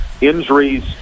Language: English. Injuries